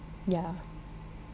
yeah